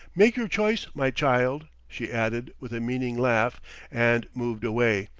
make your choice, my child, she added with a meaning laugh and moved away,